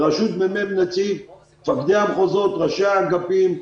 בראשות מ"מ הנציב, מפקדי המחוזות, ראשי האגפים,